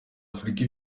afurika